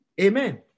Amen